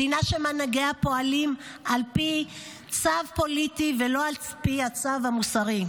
מדינה שמנהיגיה פועלים על פי צו פוליטי ולא על פי הצו המוסרי.